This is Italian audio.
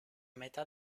metà